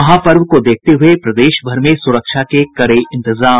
महापर्व को देखते हुये प्रदेशभर में सुरक्षा के कड़े इंतजाम